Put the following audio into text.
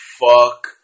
fuck